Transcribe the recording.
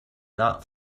not